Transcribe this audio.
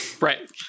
Right